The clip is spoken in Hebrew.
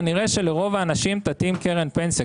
כנראה שלרוב האנשים תתאים קרן פנסיה.